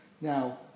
Now